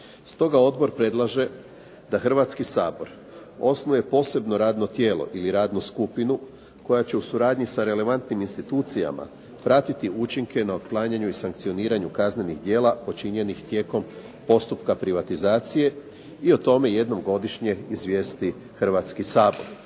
Stoga odbor predlaže da Hrvatski sabor osnuje posebno radno tijelo ili radnu skupinu koja će u suradnji sa relevantnim institucijama pratiti učinke na otklanjanju i sankcioniranju kaznenih djela počinjenih tijekom postupka privatizacije i o tome jednom godišnje izvijesti Hrvatski sabor.